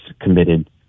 committed